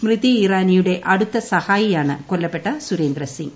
സ്മൃതി ഇറാനിയുടെ അടുത്ത സഹായിയാണ് കൊല്ലപ്പെട്ട സുരേന്ദ്ര സിംഗ്